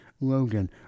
Logan